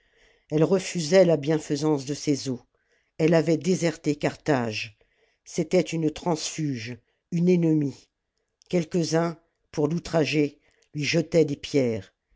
elle refusait la bienfaisance de ses eaux elle avait déserté carthage c'était une transfuge une ennemie quelques-uns pour l'outrager lui jetaient des pierres